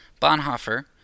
Bonhoeffer